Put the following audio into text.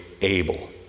able